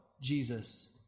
Jesus